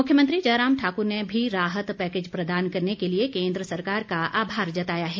मुख्यमंत्री जयराम ठाक्र ने भी राहत पैकेज प्रदान करने के लिए केन्द्र सरकार का आभार जताया है